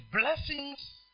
blessings